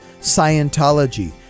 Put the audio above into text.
Scientology